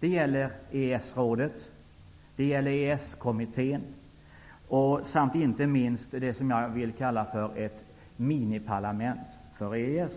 Det gäller EES-rådet och EES-kommittén samt inte minst ett ''miniparlament'' för EES.